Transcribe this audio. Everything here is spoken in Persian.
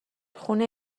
خونه